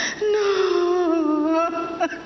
No